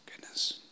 Goodness